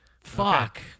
fuck